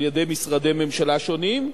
על-ידי משרדי ממשלה שונים,